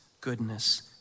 goodness